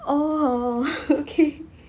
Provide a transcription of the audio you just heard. oh oh okay